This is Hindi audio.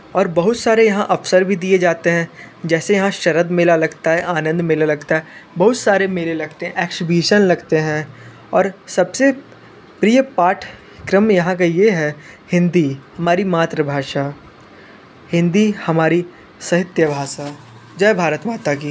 और बहुत सारे यहाँ अफसर भी दिए जाते हैं जैसे यहाँ शरद मेला लगता है आनंद मेला लगता है बहुत सारे मेले लगते है एक्सबिशन लगते हैं और सबसे प्रिय पाठ क्रम यहाँ का ये हैं हिन्दी हमारी मातृ भाषा हिन्दी हमारी सहित्य भाषा जय भारत माता की